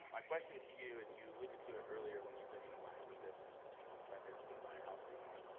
my question to you, and you alluded to it earlier when you said you know what happens if people said they don't wanna buy a house anymore.